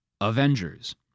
Avengers